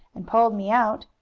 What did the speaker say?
and pulled me out.